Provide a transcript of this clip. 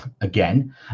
again